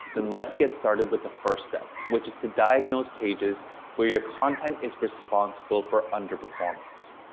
then let's get started with the first step, which is to diagnose pages where your content is responsible for underperformance.